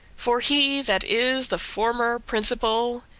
for he that is the former principal,